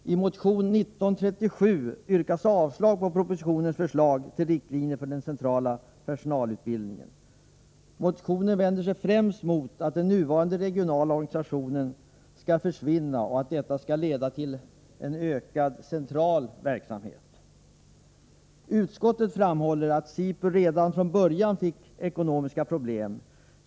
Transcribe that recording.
I motion 1937 yrkas avslag på propositionens förslag till riktlinjer för den centrala personalutbildningen. Motionären vänder sig främst mot att den nuvarande regionala organisationen skall försvinna. Han befarar att detta skall leda till ökad central verksamhet. Utskottet framhåller att SIPU redan från början fick ekonomiska problem.